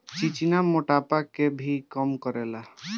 चिचिना मोटापा के भी कम करेला